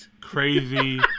crazy